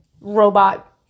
robot